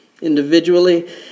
individually